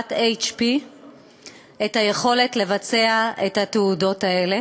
לחברת HP יכולת לבצע את התעודות האלה,